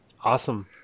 awesome